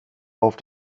auf